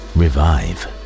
revive